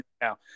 now